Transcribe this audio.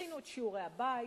הכינו את שיעורי הבית,